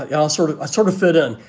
i'll sort of sort of fit in.